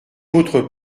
votre